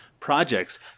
Projects